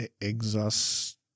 Exhaust